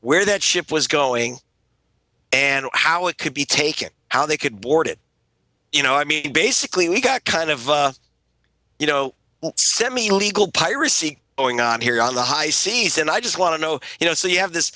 where that ship was going and how it could be taken how they could board it you know i mean basically we got kind of you know semi legal piracy going on here on the high seas and i just want to know you know so you have this